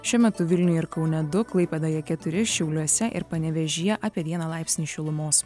šiuo metu vilniuje ir kaune du klaipėdoje keturi šiauliuose ir panevėžyje apie vieną laipsnį šilumos